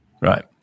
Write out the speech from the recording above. right